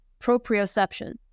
proprioception